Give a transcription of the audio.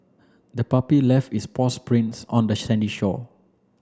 the puppy left its paws prints on the sandy shore